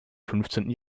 fünfzehnten